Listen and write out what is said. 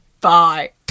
Bye